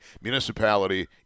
municipality